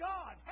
God